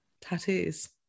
tattoos